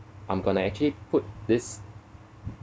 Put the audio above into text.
I'm going to actually put this